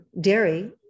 dairy